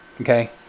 okay